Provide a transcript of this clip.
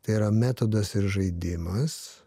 tai yra metodas ir žaidimas